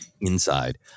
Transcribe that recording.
inside